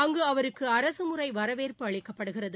அங்கு அவருக்கு அரசுமுறை வரவேற்பு அளிக்கப்படுகிறது